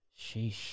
Sheesh